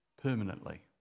permanently